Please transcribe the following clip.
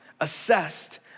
assessed